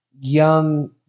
young